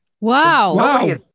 Wow